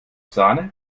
sahne